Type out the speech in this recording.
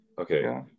Okay